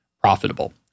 profitable